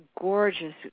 gorgeous